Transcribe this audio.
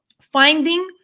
finding